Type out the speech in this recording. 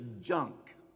junk